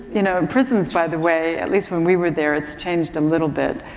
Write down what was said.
you know, prisons by the way at least when we were there, it's changed a little bit,